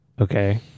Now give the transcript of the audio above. Okay